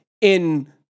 in-